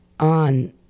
on